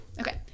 Okay